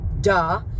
Duh